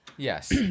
Yes